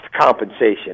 compensation